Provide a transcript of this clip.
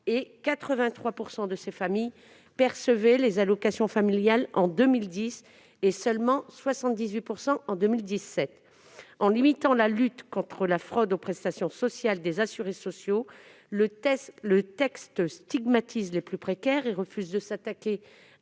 83 % de ces familles percevaient les allocations familiales en 2010 et seulement 78 % en 2017. En limitant la lutte contre la fraude aux prestations sociales des assurés sociaux, le texte stigmatise les plus précaires et refuse de s'attaquer